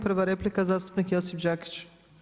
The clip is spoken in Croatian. Prva replika je zastupnik Josip Đakić.